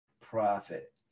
profit